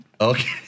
Okay